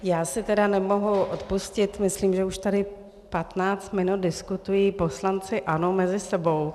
Já si tedy nemohu odpustit, myslím, že už tady 15 minut diskutují poslanci ANO mezi sebou.